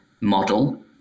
model